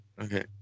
okay